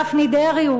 גפני דרעי,